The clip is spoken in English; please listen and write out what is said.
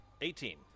Eighteen